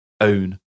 own